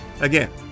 Again